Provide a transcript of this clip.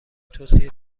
توصیه